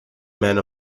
men